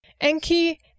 Enki